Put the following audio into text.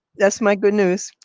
that's my good news.